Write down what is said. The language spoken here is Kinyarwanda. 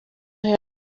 rayon